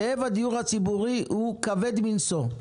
כאב הדיור הציבורי הוא כבד מנשוא.